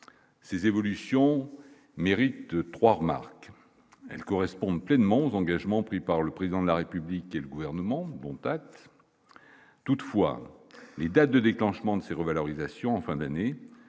ces évolutions mairie de 3 remarques : elle correspond pleinement aux engagements pris par le président de la République et le gouvernement bon pas toutefois les date de déclenchement de ces revalorisations en fin d'année,